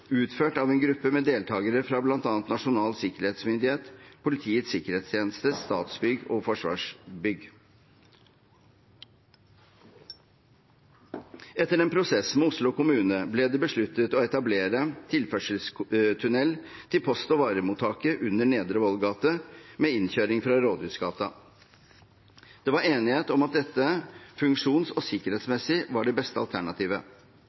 utført av en gruppe med deltakere fra bl.a. Nasjonal sikkerhetsmyndighet, Politiets sikkerhetstjeneste, Statsbygg og Forsvarsbygg. Etter en prosess med Oslo kommune ble det besluttet å etablere tilførselstunnel til post- og varemottaket under Nedre Vollgate med innkjøring fra Rådhusgata. Det var enighet om at dette funksjons- og sikkerhetsmessig var det beste alternativet.